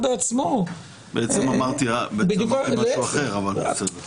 בעצם אמרתי משהו אחר, אבל בסדר.